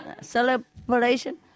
Celebration